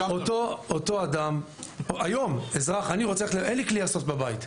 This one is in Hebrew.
ללכת, אין לי כלי איירסופט בבית.